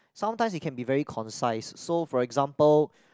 sometimes it can be very concise so for example